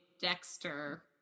dexter